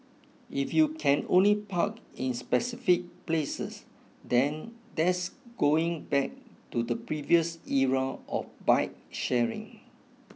if you can only park in specific places then that's going back to the previous era of bike sharing